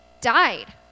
died